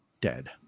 dead